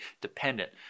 dependent